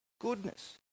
goodness